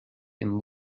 been